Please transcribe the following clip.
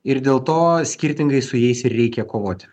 ir dėl to skirtingai su jais ir reikia kovoti